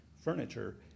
furniture